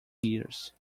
years